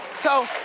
so